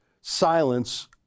silence